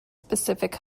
specific